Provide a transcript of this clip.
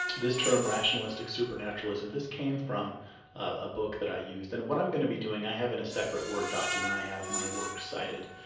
this term rationalistic supernaturalism, this came from a book that i used, and what i'm gonna be doing, i have in a separate word document where i have my works cited.